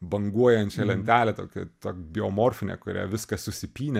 banguojančią lentelę tokią tok biomorfinę kurią viskas susipynė